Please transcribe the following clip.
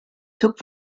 took